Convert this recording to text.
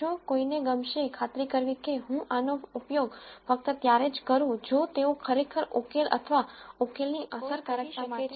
શું કોઈને ગમશે ખાતરી કરવી કે હું આનો ઉપયોગ ફક્ત ત્યારે જ કરું જો તેઓ ખરેખર ઉકેલ અથવા ઉકેલની અસરકારકતા માટે ફાળો આપે